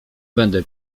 będę